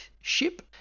Ship